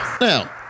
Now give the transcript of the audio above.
Now